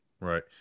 Right